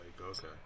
okay